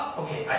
okay